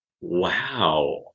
wow